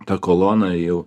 tą koloną jau